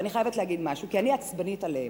ואני חייבת להגיד משהו כי אני עצבנית עליהם,